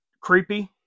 creepy